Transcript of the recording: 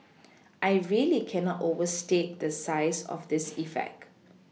I really cannot overstate the size of this effect